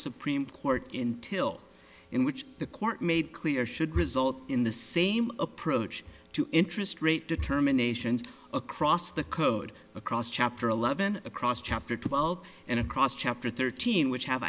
supreme court intil in which the court made clear should result in the same approach to interest rate determinations across the code across chapter eleven across chapter twelve and across chapter thirteen which have